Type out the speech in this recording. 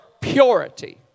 purity